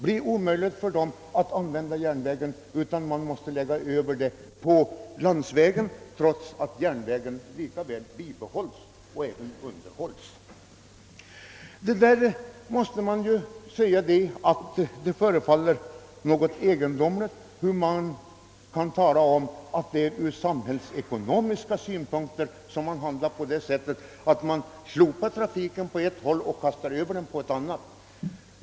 Man måste då flytta över transporterna till landsväg trots att järnvägen bibehålls och underhålls. Det förefaller egendomligt att tala om att det är av samhällsekonomiska skäl som man handlar på det sättet att slopa trafiken på ett håll och kasta över den till ett annat.